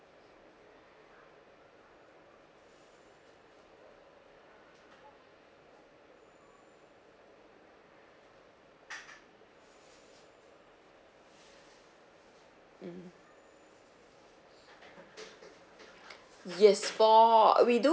mm yes for we do